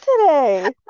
today